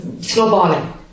snowballing